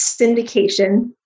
syndication